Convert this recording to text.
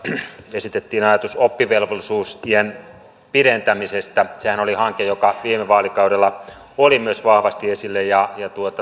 esitettiin ajatus oppivelvollisuusiän pidentämisestä sehän oli hanke joka viime vaalikaudella oli myös vahvasti esillä ja